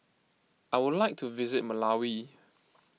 I would like to visit Malawi